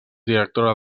directora